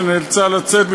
שנאלצה לצאת,